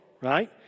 right